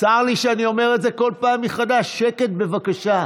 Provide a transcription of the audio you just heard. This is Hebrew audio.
צר לי שאני אומר את זה כל פעם מחדש: שקט, בבקשה.